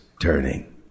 turning